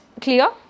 clear